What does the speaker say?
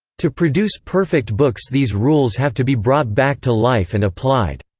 to produce perfect books these rules have to be brought back to life and applied.